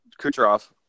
Kucherov